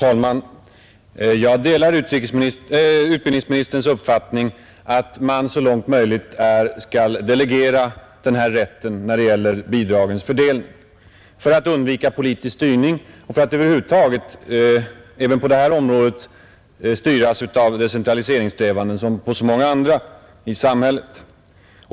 Herr talman! Jag delar utbildningsministerns uppfattning att man så långt möjligt är skall delegera denna rätt att fördela bidragen för att undvika politisk styrning och för att över huvud taget även på detta område som på så många andra tillgodose decentraliseringssträvandena i samhället.